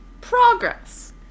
progress